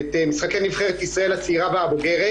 את משחקי נבחרת ישראל הצעירה והבוגרת